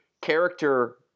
character